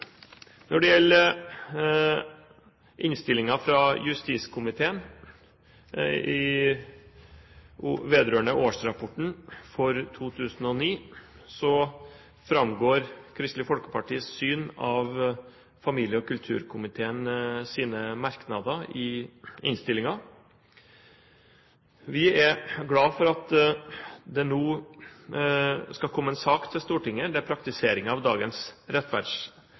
Når det gjelder innstillingen fra justiskomiteen vedrørende årsrapporten for 2009, framgår Kristelig Folkepartis syn av familie- og kulturkomiteens merknader i innstillingen. Vi er glad for at det nå skal komme en sak til Stortinget, der praktiseringen av dagens